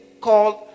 called